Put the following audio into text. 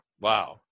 wow